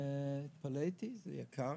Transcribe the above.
התפלאתי, זה יקר,